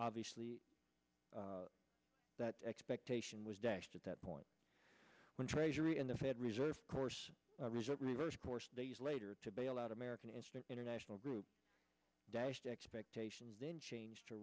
obviously that expectation was dashed at that point when treasury and the fed reserve of course resort reversed course days later to bail out american and international group dashed expectations and then changed her